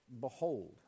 behold